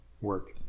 work